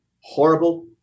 horrible